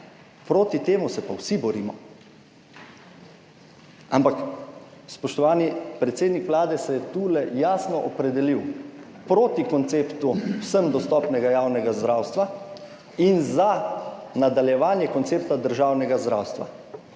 Proti temu se pa vsi borimo. Ampak spoštovani predsednik Vlade se je tukaj jasno opredelil proti konceptu vsem dostopnega javnega zdravstva in za nadaljevanje koncepta državnega zdravstva,